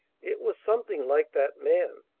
it was something like that man.